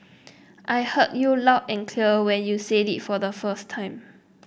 I heard you loud and clear when you said it the first time